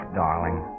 darling